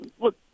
Look